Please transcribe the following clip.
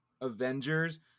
avengers